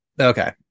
Okay